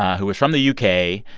who is from the u k.